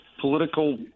political